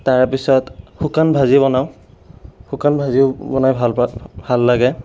তাৰপিছত শুকান ভাজি বনাওঁ শুকান ভাজিও বনাই ভাল পাওঁ ভাল লাগে